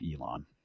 Elon